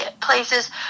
places